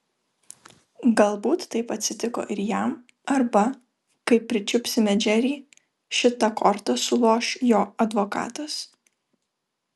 galbūt taip atsitiko ir jam arba kai pričiupsime džerį šita korta suloš jo advokatas